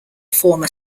former